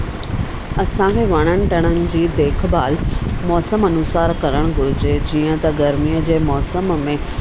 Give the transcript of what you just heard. असांखे वणनि टणनि जी देखभालु मौसमु अनुसारु करणु घुरिजे जीअं त गर्मीअ जे मौसम में